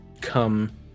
come